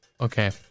Okay